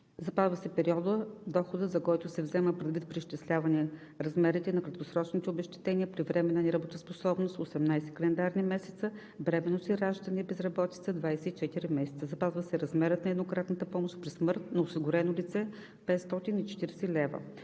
запазва се периодът, доходът за който се взема предвид при изчисляване размерите на краткосрочните обезщетения при временна неработоспособност – 18 календарни месеца, бременност и раждане и безработица – 24 месеца; - запазва се размерът на еднократната помощ при смърт на осигурено лице – 540 лв.;